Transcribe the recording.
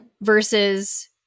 versus